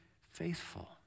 faithful